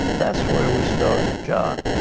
that's where we start. john?